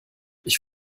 ich